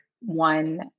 one